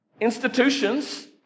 Institutions